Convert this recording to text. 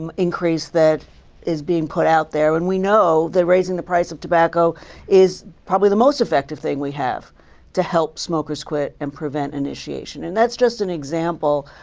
um increase that is being put out there. and we know that raising the price of tobacco is probably the most effective thing we have to help smokers quit and prevent initiation. and that's just an example.